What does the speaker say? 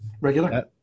regular